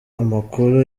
amakuru